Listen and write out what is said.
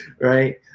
right